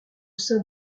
sein